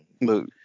Look